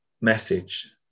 message